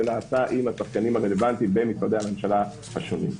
זה נעשה עם השחקנים הרלוונטיים במשרדי הממשלה השונים.